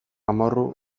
amorru